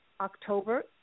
October